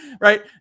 right